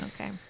Okay